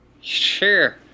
Sure